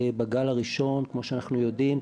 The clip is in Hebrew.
בגל הראשון כמו שאנחנו יודעים,